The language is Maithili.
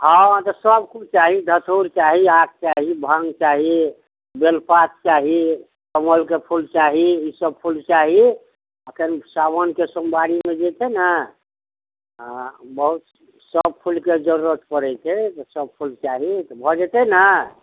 हँ तऽ सबकिछु चाही धथूर चाही आक चाही भाङ्ग चाही बेलपात चाही कमलके फूल चाही ई सब फूल चाही एखन सावनके सोमवारीमे जे छै ने बहुत सब फूलके जरूरत पड़य छै तऽ सब फूल चाही तऽ भए जेतय ने